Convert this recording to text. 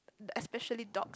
especially dogs